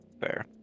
Fair